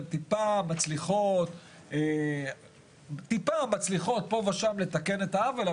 הן טיפה מצליחות פה ושם לתקן את העוול.